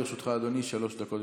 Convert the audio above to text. גם לרשותך, אדוני, שלוש דקות.